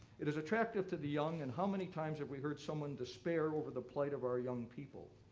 it is attractive to the young, and how many times have we heard someone despair over the plight of our young people?